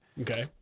Okay